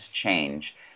change